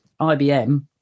IBM